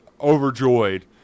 overjoyed